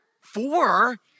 Four